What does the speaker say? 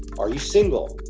are you single?